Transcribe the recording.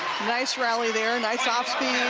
nice rally there nice off speed